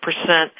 percent